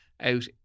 out